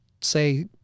say